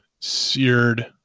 Seared